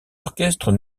orchestres